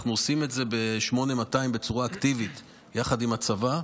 אנחנו עושים את זה ב-8200 בצורה אקטיבית יחד עם הצבא,